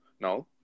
no